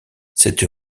cette